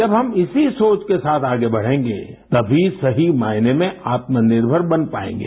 जब हम इसी सोच के साथ आगे बढ़ेंगे तमी सही मायने में आत्मनिर्भर बन पाएंगे